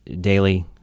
daily